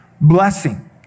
blessing